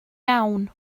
iawn